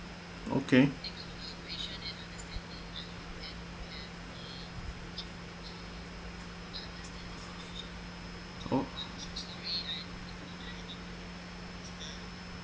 okay oh